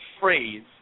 phrase